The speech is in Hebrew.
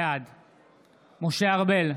בעד משה ארבל,